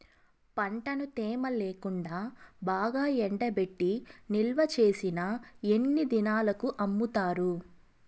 పంటను తేమ లేకుండా బాగా ఎండబెట్టి నిల్వచేసిన ఎన్ని దినాలకు అమ్ముతారు?